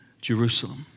Jerusalem